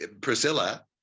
Priscilla